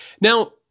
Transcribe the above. Now